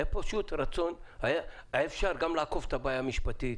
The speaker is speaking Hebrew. היה אפשר לעקוף גם את הבעיה המשפטית,